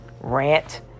rant